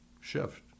Shift